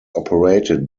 operated